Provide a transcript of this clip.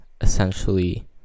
essentially